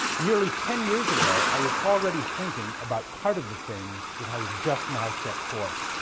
nearly ten years ago, i was already thinking about part of the things that i have just now set forth.